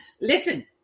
Listen